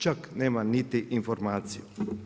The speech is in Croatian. Čak nema niti informaciju.